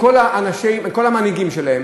עם כל המנהיגים שלהם,